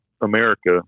America